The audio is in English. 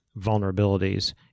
vulnerabilities